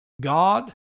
God